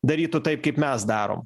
darytų taip kaip mes darom